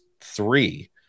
three